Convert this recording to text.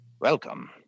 Welcome